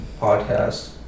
podcast